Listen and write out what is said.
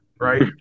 right